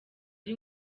ari